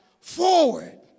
forward